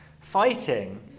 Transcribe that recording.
fighting